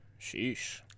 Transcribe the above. Sheesh